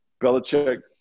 Belichick